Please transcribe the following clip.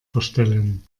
verstellen